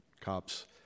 cops